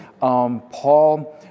Paul